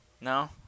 No